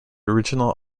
original